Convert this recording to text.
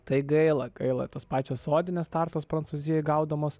tai gaila gaila tos pačios sodinės startos prancūzijoj gaudomos